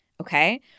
okay